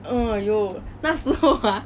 !aiyo! 那时候 ah